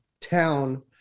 town